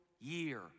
year